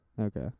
Okay